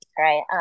Right